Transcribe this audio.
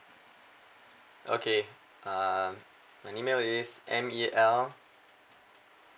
okay uh my email is M E L